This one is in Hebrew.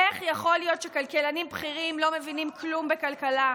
איך יכול להיות שכלכלנים בכירים לא מבינים כלום בכלכלה?